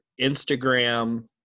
Instagram